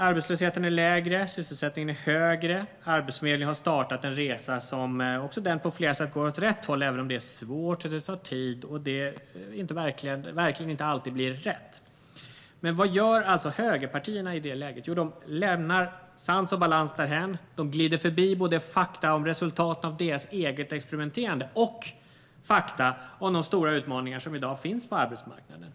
Arbetslösheten är lägre och sysselsättningen högre. Arbetsförmedlingen har startat en resa som också den på flera sätt går åt rätt håll, även om det är svårt, tar tid och verkligen inte alltid blir rätt. Vad gör högerpartierna i det läget? Jo, de lämnar sans och balans därhän och glider förbi både fakta om resultaten av deras eget experimenterande och fakta om de stora utmaningar som i dag finns på arbetsmarknaden.